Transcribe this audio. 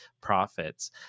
profits